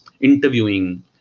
interviewing